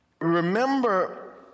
Remember